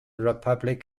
republic